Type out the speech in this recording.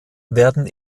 werden